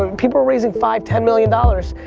ah people are raising five, ten million dollars,